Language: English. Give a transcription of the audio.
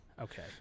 Okay